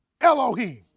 Elohim